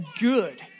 good